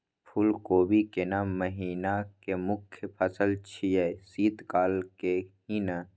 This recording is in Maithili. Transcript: फुल कोबी केना महिना के मुखय फसल छियै शीत काल के ही न?